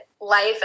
life